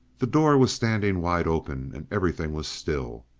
the door was standing wide open, and everything was still.